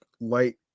Light